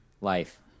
life